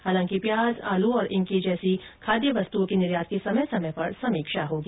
हालांकि प्याज आलू तथा इनके जैसी खाद्य वस्तुओं के निर्यात की समय समय पर समीक्षा होगी